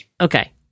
Okay